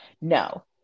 no